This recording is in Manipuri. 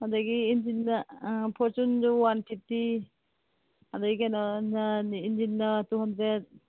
ꯑꯗꯒꯤ ꯏꯟꯖꯤꯟꯗ ꯑꯥ ꯐꯣꯔꯆꯨꯟꯁꯨ ꯋꯥꯟ ꯐꯤꯐꯇꯤ ꯑꯗꯒꯤ ꯀꯩꯅꯣ ꯏꯟꯖꯤꯟꯅ ꯇꯨ ꯍꯟꯗ꯭ꯔꯦꯗ